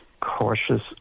cautious